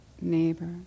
neighbor